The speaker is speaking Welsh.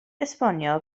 esbonio